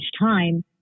time